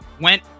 went